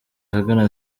ahagana